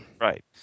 Right